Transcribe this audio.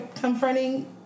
confronting